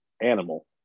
animal